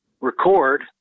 record